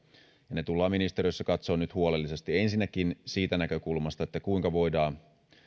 ne tullaan ministeriössä katsomaan nyt huolellisesti ensinnäkin siitä näkökulmasta kuinka voidaan